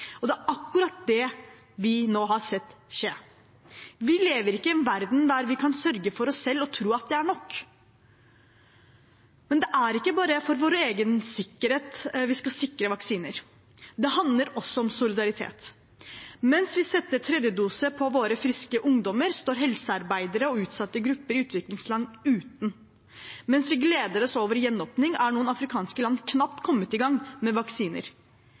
og det er akkurat det vi nå har sett skje. Vi lever ikke i en verden der vi kan sørge for oss selv og tro at det er nok. Det er ikke bare for vår egen sikkerhet vi skal sikre vaksiner. Det handler også om solidaritet. Mens vi setter tredje dose på våre friske ungdommer, står helsearbeidere og utsatte grupper i utviklingsland uten. Mens vi gleder oss over gjenåpning, er noen afrikanske land knapt kommet i gang med vaksiner.